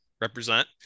represent